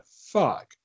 fuck